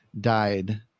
died